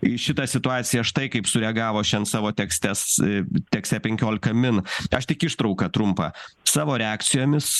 į šitą situaciją štai kaip sureagavo šian savo tekste s tekste penkiolika min aš tik ištrauką trumpą savo reakcijomis